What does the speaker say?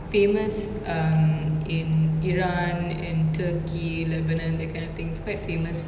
famous um in iran and turkey lebanon that kind of thing is quite famous